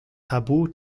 tabu